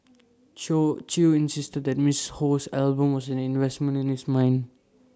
chew insisted that miss Ho's album was an investment in his mind